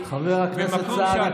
חבר הכנסת סעדה,